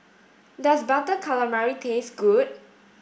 does butter calamari taste good